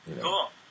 Cool